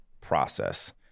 process